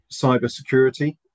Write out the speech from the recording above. cybersecurity